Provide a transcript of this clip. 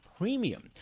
premium